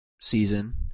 season